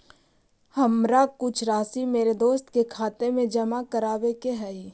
हमारा कुछ राशि मेरे दोस्त के खाते में जमा करावावे के हई